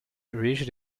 reached